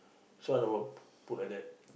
so I will put like that